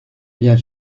vient